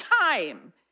time